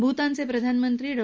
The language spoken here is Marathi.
भूतानचे प्रधानमंत्री डॉ